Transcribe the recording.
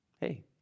Hey